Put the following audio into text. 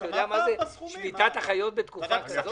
אתה יודע מה זה שביתת אחיות בתקופה כזאת?